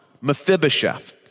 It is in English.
Mephibosheth